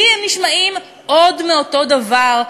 לי הם נשמעים עוד מאותו דבר,